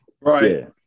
right